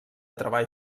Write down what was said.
treball